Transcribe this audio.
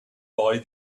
buy